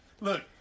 Look